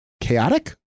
chaotic